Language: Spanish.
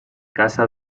casa